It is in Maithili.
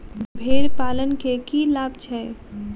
भेड़ पालन केँ की लाभ छै?